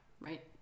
right